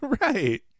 right